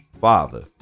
father